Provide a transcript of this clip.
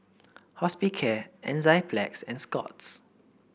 Hospicare Enzyplex and Scott's